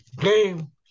game